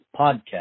podcast